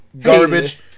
garbage